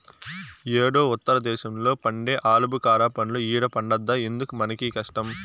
యేడో ఉత్తర దేశంలో పండే ఆలుబుకారా పండ్లు ఈడ పండద్దా ఎందుకు మనకీ కష్టం